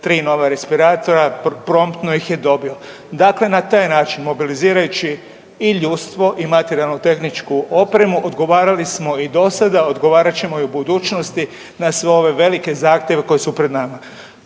3 nova respiratora, promptno ih je dobio. Dakle, na taj način mobilizirajući i ljudstvo i materijalno tehničku opremu odgovarali smo i dosada, odgovarat ćemo i u budućnosti na sve ove velike zahtjeve koji su pred nama.